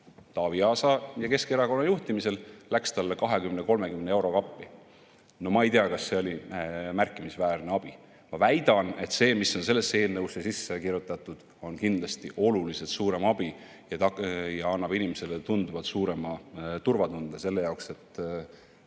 Taavi Aasa ja Keskerakonna juhtimisel läks talle 20–30 euroga appi. No ma ei tea, kas see oli märkimisväärne abi. Ma väidan, et see, mis on sellesse eelnõusse sisse kirjutatud, on kindlasti oluliselt suurem abi ja annab inimesele tunduvalt suurema turvatunde selle jaoks, et